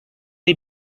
iyi